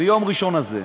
ביום ראשון הזה.